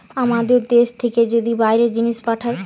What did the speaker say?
আমাদের দ্যাশ থেকে যদি বাইরে জিনিস পাঠায়